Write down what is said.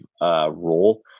role